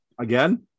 again